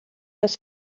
das